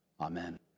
Amen